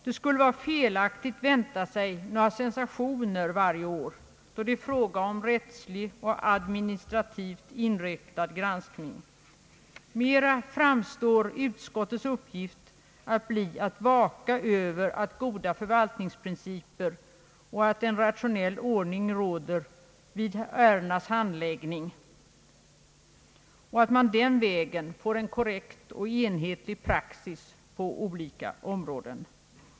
Det skulle vara felaktigt att vänta sig några sensationer varje år, då det är fråga om en rättslig och administrativt inriktad granskning. Mera framstår utskottets uppgift bli att vaka över att goda förvaltningsprinciper och en rationell ordning av ärendenas handläggning tillämpas inom departementet, och att man den vägen får en korrekt och enhetlig praxis på olika områden.